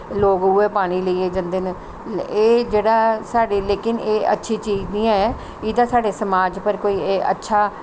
लोक उ'ऐ पानी लेइयै जंदे न एह् जेह्ड़ा ऐ साढ़े लेकिन एह् अच्छी चीज़ निं ऐ एह्दा साढ़े समाज़ पर कोई अच्छा